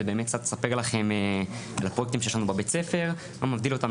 זה באמת קצת לספר לכם על הפרויקטים שיש לנו בבית ספר ומה מבדיל אותם